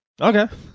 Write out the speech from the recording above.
Okay